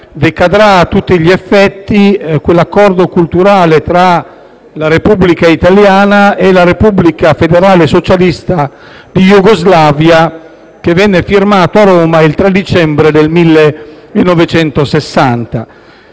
decadrà a tutti gli effetti l'Accordo culturale tra la Repubblica italiana e la Repubblica federale socialista di Jugoslavia che venne firmato a Roma il 3 dicembre del 1960.